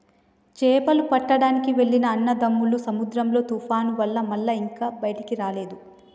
చేపలు పట్టడానికి వెళ్లిన అన్నదమ్ములు సముద్రంలో తుఫాను వల్ల మల్ల ఇక బయటికి రాలే